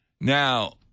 Now